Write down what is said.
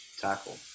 tackle